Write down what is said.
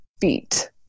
feet